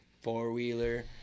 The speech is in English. four-wheeler